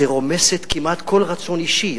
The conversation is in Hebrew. שרומסת כמעט כל רצון אישי,